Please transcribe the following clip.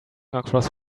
across